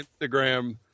Instagram